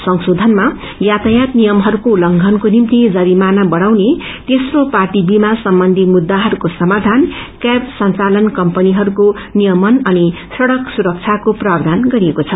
संशोषनमा यातायात नियमहस्को उल्लेषनको निम्ति जरिमाना बढ़ाउने तेस्रो पार्टी वीमा सम्बन्धी मुद्दाहरूको समाधान कैब संचालन कम्पनीहरूको नियमन अनि सड़क सुरब्राको प्राव्वान गरिएको छ